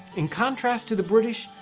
in contrast to the british,